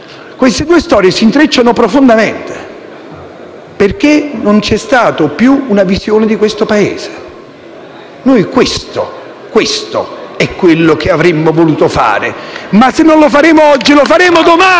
Queste due storie si intrecciano profondamente, perché non c'è stata più una visione di questo Paese. Noi questo è ciò che avremmo voluto fare. Ma se non lo faremo oggi, lo faremo domani